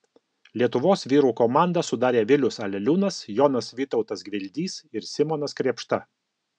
lietuvos vyrų komandą sudarė vilius aleliūnas jonas vytautas gvildys ir simonas krėpšta